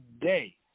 day